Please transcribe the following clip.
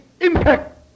impact